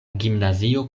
gimnazio